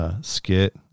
Skit